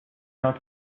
not